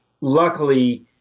Luckily